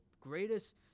greatest